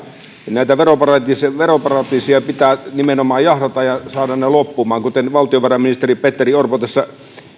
näitä veroparatiiseja pitää nimenomaan jahdata ja saada ne loppumaan kuten valtiovarainministeri petteri orpo